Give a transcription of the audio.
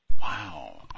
wow